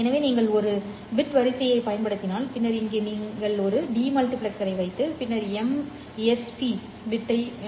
எனவே நீங்கள் ஒரு பிட் வரிசையைப் பயன்படுத்தினால் பின்னர் இங்கே ஒரு டெமால்டிபிளெக்சரை வைத்து பின்னர் எம்